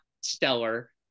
stellar